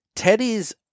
Teddy's